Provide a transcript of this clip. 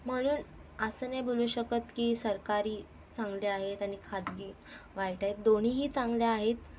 म्हणून असं नाही बोलू शकत की सरकारी चांगले आहेत आणि खाजगी वाईट आहेत दोन्ही चांगले आहेत